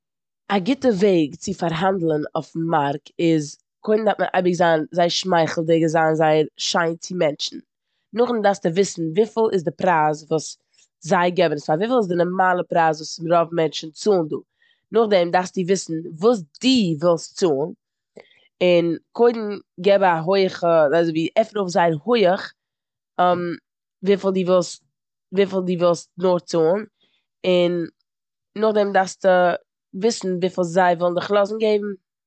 א גוטע וועג צו פארהאנדלען אויפן מארק איז קודם דארף מען אייביג זיין זייער שמייכלדיג און זיין זייער שיין צו מענטשן. נאכדים דארפסטו וויסן וויפיל איז ד פרייז וואס זיי געבן עס פאר, וויפיל איז די נארמאלע פרייז וואס רוב מענטשן צאלן דא. נאכדעם דארפסטו וויסן וואס די ווילסט צאלן און קודם גיב א הויכע אזויווי- עפן אויף זייער הויך וויפיל די ווילסט- וויפיל די ווילסט נאר צאלן און נאכדעם דארפסטו וויסן וויפיל זיי ווילן דיך לאזן געבן.